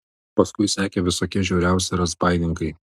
paskui sekė visokie žiauriausi razbaininkai